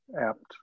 apt